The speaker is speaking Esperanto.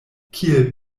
kiel